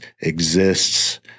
exists